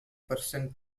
person